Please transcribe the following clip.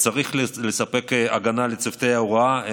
צריך לספק הגנה לצוותי ההוראה?